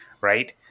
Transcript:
right